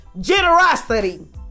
generosity